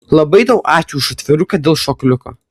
labai tau ačiū už atviruką dėl šokliuko